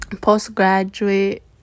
postgraduate